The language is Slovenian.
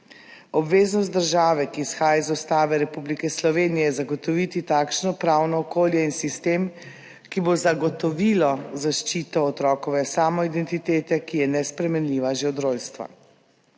Obveznost države, ki izhaja iz Ustave Republike Slovenije, je zagotoviti takšno pravno okolje in sistem, ki bo zagotovil zaščito otrokove samoidentitete, ki je nespremenljiva že od rojstva.